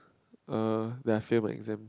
er when I fail my exams